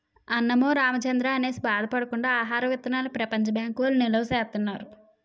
అన్నమో రామచంద్రా అనేసి బాధ పడకుండా ఆహార విత్తనాల్ని ప్రపంచ బ్యాంకు వౌళ్ళు నిలవా సేత్తన్నారు